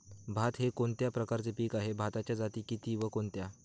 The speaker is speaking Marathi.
भात हे कोणत्या प्रकारचे पीक आहे? भाताच्या जाती किती व कोणत्या?